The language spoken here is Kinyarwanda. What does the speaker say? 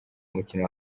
umukino